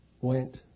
went